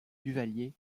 duvalier